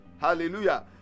Hallelujah